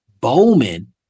Bowman